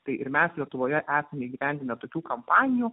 tai ir mes lietuvoje esam įgyvendinę tokių kampanijų